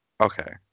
okay